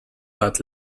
but